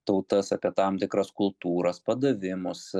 tautas apie tam tikras kultūras padavimus